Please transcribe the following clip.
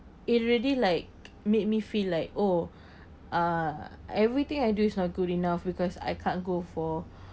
it really like made me feel like oh uh everything I do is not good enough because I can't go for